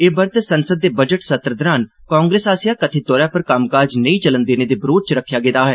एह व्रत संसद दे बजट सत्र् दौरान कांग्रेस आस्सेआ कथित तौर उप्पर कम्मकाज नेई चलन देने दे विरोघ च रक्खेआ गेआ ऐ